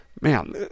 Man